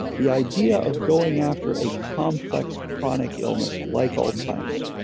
the idea of going after a complex chronic illness like alzheimer's,